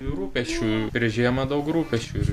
ir rūpesčių ir žiemą daug rūpesčių